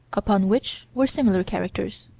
upon which were similar characters.